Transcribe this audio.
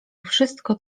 wszystko